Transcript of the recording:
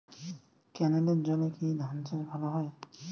ক্যেনেলের জলে কি ধানচাষ ভালো হয়?